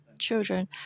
Children